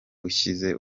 ushyize